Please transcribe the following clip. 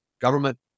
Government